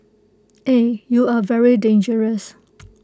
eh you are very dangerous